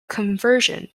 conversion